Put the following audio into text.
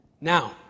Now